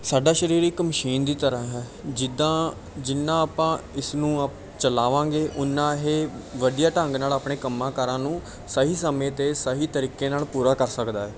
ਸਾਡਾ ਸਰੀਰ ਇੱਕ ਮਸ਼ੀਨ ਦੀ ਤਰ੍ਹਾਂ ਹੈ ਜਿੱਦਾਂ ਜਿੰਨਾ ਆਪਾਂ ਇਸ ਨੂੰ ਚਲਾਵਾਂਗੇ ਉਨਾ ਇਹ ਵਧੀਆ ਢੰਗ ਨਾਲ ਆਪਣੇ ਕੰਮਾਂਕਾਰਾਂ ਨੂੰ ਸਹੀ ਸਮੇਂ ਅਤੇ ਸਹੀ ਤਰੀਕੇ ਨਾਲ ਪੂਰਾ ਕਰ ਸਕਦਾ ਹੈ